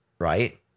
Right